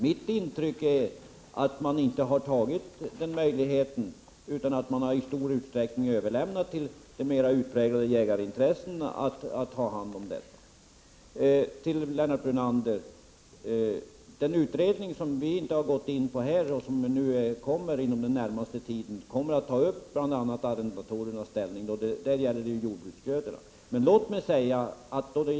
Mitt intryck är att man inte tagit till vara den möjligheten utan i stor utsträckning överlämnat till de utpräglade jägarintressena att sköta detta. Till Lennart Brunander vill jag säga att den utredning som kommer inom den närmaste tiden men som vi inte gått in på i detta sammanhang tar upp bl.a. frågan om arrendatorernas ställning när det gäller skador på jordbruksgrödorna.